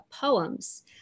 poems